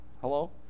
Hello